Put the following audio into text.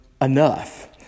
enough